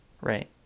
right